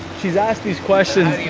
she's asked these questions.